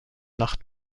nacht